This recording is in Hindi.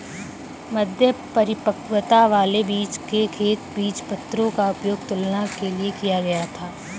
मध्य परिपक्वता वाले बीजों के खेत बीजपत्रों का उपयोग तुलना के लिए किया गया था